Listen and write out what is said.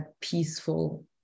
peaceful